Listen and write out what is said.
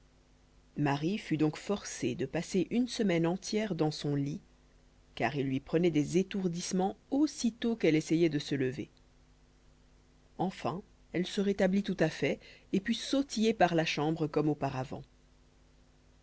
marie fut donc forcée de passer une semaine entière dans son lit car il lui prenait des étourdissements aussitôt qu'elle essayait de se lever enfin elle se rétablit tout à fait et put sautiller par la chambre comme auparavant